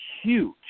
huge